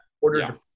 Ordered